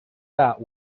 that